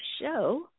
show